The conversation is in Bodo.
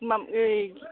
माबा ओइ